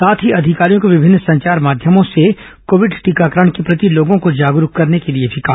साथ ही अधिकारियों को विभिन्न संचार माध्यमों से कोविड टीकाकरण के प्रति लोगों को जागरूक करने के लिए भी कहा